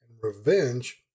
Revenge